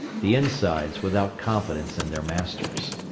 the insides without confidence in their masters.